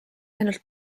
ainult